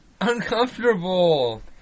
Uncomfortable